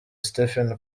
stephen